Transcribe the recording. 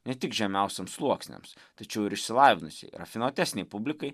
ne tik žemiausiems sluoksniams tačiau ir išsilavinusiai rafinuotesnei publikai